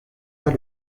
pas